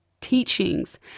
teachings